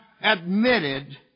admitted